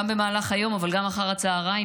גם במהלך היום אבל גם אחר הצוהריים,